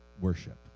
worship